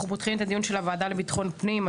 אנחנו פותחים את הדיון של הוועדה לביטחון פנים.